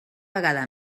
vegada